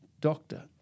doctor